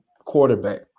quarterback